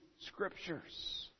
Scriptures